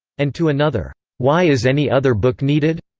and to another, why is any other book needed?